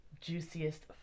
juiciest